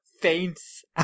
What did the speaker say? faints